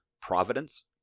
providence